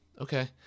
okay